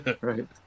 Right